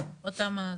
כן, אותם הסכומים.